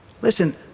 Listen